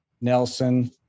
Nelson